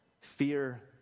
Fear